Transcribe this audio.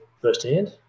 firsthand